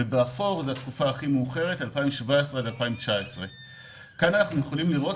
התקופה הכי מאוחרת 2017 עד 2019. כאן אנחנו יכולים לראות